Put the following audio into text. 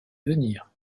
venir